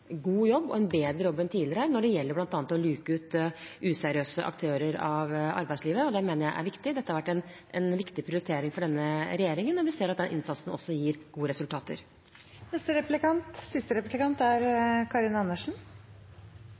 god jobb og en bedre jobb enn tidligere når det gjelder bl.a. å luke ut useriøse aktører fra arbeidslivet, og det mener jeg er viktig. Dette har vært en viktig prioritering for denne regjeringen, og vi ser at den innsatsen også gir gode resultater. Det vi ser i mange varslingssaker, er